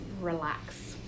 relax